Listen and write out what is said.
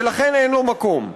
ולכן אין לו מקום.